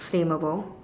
flammable